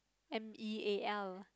M E A L